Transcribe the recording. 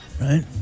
right